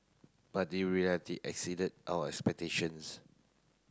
but the reality exceeded our expectations